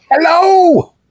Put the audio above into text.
Hello